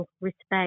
respect